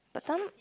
Batam